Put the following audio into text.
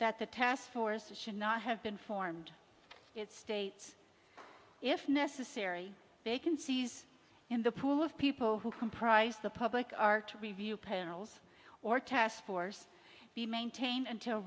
that the task force should not have been formed it states if necessary vacancies in the pool of people who comprise the public are to review panels or task force to maintain until